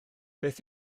beth